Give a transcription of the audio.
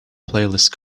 playlist